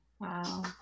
Wow